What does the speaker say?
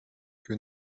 que